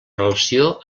relació